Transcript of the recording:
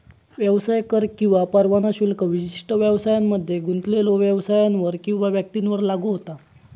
व्यवसाय कर किंवा परवाना शुल्क विशिष्ट व्यवसायांमध्ये गुंतलेल्यो व्यवसायांवर किंवा व्यक्तींवर लागू होता